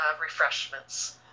refreshments